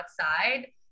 outside